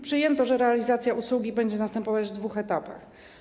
Przyjęto, że realizacja usługi będzie następowała w dwóch etapach.